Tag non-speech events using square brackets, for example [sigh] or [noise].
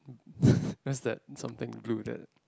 [laughs] where's that something blue that